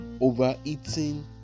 overeating